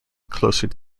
closer